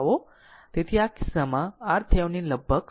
તેથી આ કિસ્સામાં RThevenin લગભગ 0